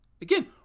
Again